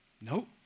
Nope